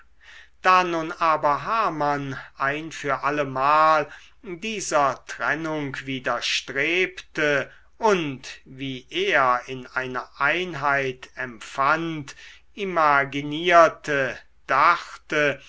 da nun aber hamann ein für allemal dieser trennung widerstrebte und wie er in einer einheit empfand imaginierte dachte